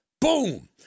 Boom